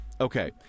Okay